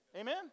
Amen